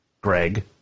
Greg